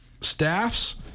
staffs